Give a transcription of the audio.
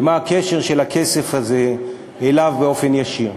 ומה הקשר של הכסף הזה אליו באופן ישיר.